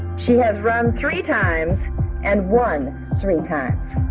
she has run three times and won three times